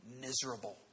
miserable